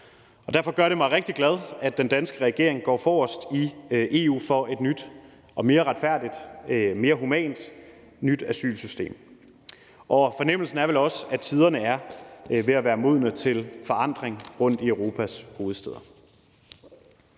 Derfor gør det mig rigtig glad, at den danske regering går forrest i EU for et nyt, mere retfærdigt og mere humant asylsystem. Fornemmelsen er vel også, at tiderne er ved at være modne til forandring rundtomkring i Europas hovedstæder.